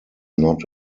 not